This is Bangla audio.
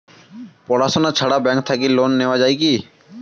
পড়াশুনা ছাড়া ব্যাংক থাকি লোন নেওয়া যায় কি?